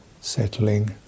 settling